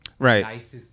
Right